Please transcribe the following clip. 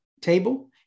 table